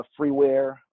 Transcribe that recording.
freeware